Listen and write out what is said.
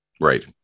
Right